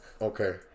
Okay